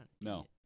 No